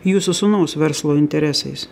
jūsų sūnaus verslo interesais